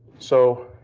so,